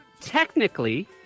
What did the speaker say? Technically